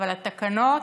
אבל התקנות,